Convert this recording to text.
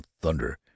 thunder